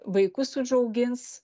vaikus užaugins